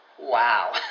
Wow